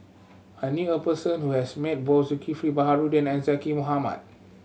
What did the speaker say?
I knew a person who has met both Zulkifli Baharudin and Zaqy Mohamad